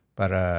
para